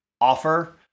offer